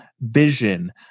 vision